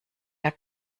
der